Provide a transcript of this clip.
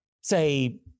say